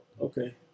okay